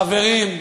חברים,